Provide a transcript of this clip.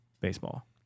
baseball